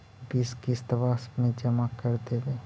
बिस किस्तवा मे जमा कर देवै?